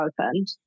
opened